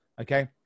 okay